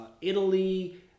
Italy